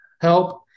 help